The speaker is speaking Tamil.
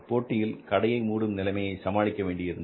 போட்டியில் கடையை மூடும் நிலைமையை சமாளிக்க வேண்டியிருந்தது